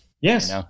yes